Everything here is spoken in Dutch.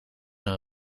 een